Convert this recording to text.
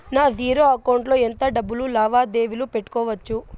నా zero account లో ఎంత డబ్బులు లావాదేవీలు పెట్టుకోవచ్చు?